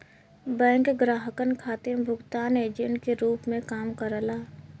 bank ग्राहकन खातिर भुगतान एजेंट के रूप में काम करला